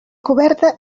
coberta